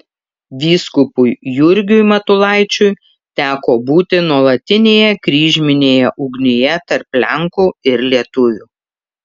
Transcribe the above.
vyskupui jurgiui matulaičiui teko būti nuolatinėje kryžminėje ugnyje tarp lenkų ir lietuvių